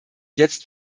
jetzt